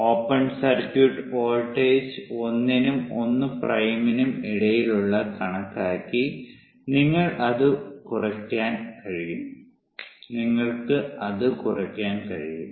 open circuit voltage 1 നും 1 പ്രൈംനും ഇടയിലുള്ള കണക്കാക്കി നിങ്ങൾക്ക് അത് കുറയ്ക്കാനും കഴിയും